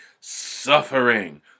suffering